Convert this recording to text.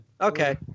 Okay